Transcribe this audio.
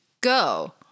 go